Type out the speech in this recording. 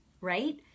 right